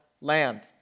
land